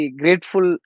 grateful